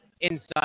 inside